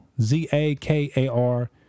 Z-A-K-A-R